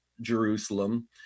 Jerusalem